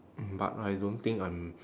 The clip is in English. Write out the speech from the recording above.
mm but I don't think I'm